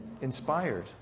inspired